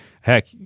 Heck